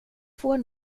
får